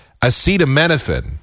acetaminophen